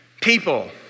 people